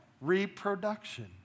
reproduction